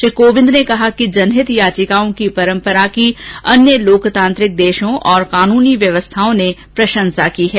श्री कोविंद ने कहा कि जनहित याचिकाओं की परंपरा की अन्य लोकतांत्रिक देशों और कानूनी व्यवस्थाओं ने प्रशंसा की है